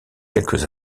quelques